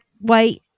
white